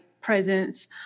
presence